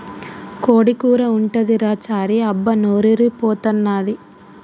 కోడి కూర ఉంటదిరా చారీ అబ్బా నోరూరి పోతన్నాది